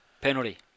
Penalty